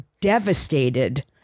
devastated